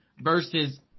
versus